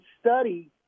study